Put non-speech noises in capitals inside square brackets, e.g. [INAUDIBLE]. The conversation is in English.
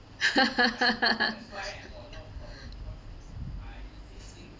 [LAUGHS]